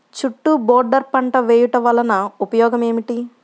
చుట్టూ బోర్డర్ పంట వేయుట వలన ఉపయోగం ఏమిటి?